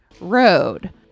road